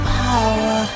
power